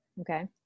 Okay